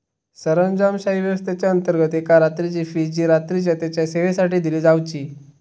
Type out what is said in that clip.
सरंजामशाही व्यवस्थेच्याअंतर्गत एका रात्रीची फी जी रात्रीच्या तेच्या सेवेसाठी दिली जावची